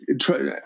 try